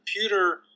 computer